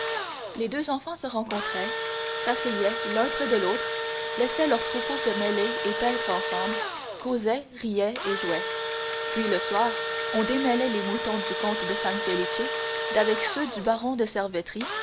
les deux enfants se rencontraient s'asseyaient l'un près de l'autre laissaient leurs troupeaux se mêler et paître ensemble causaient riaient et jouaient puis le soir on démêlait les moutons du comte de san felice d'avec ceux du baron de